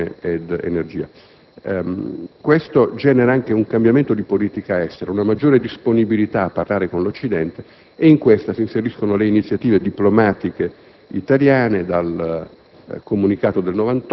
con pari decisione e energia. Questo genera anche un cambiamento di politica estera e una maggiore disponibilità a parlare con l'Occidente, in cui si inseriscono le iniziative diplomatiche italiane, dal